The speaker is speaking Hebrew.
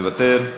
מוותר.